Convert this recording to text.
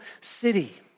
city